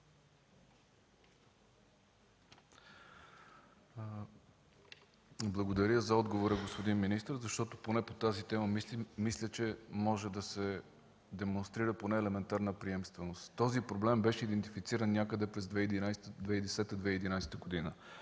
Благодаря за отговора, господин министър, защото поне по тази тема мисля, че може да се демонстрира поне елементарна приемственост. Този проблем беше идентифициран някъде през 2010-2011 г.